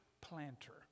planter